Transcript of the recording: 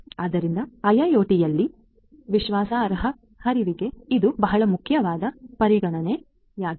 ಆದ್ದರಿಂದ ಐಐಒಟಿಯಲ್ಲಿನ ವಿಶ್ವಾಸಾರ್ಹ ಹರಿವಿಗೆ ಇದು ಬಹಳ ಮುಖ್ಯವಾದ ಪರಿಗಣನೆಯಾಗಿದೆ